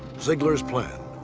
zeigler's plan,